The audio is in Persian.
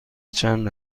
چند